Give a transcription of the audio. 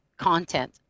content